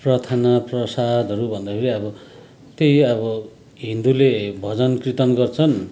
प्रार्थना प्रसादहरू भन्दाखेरि आब त्यही अब हिन्दुले भजन कीर्तन गर्छन्